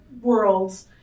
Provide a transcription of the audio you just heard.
worlds